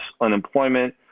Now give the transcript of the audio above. unemployment